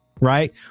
right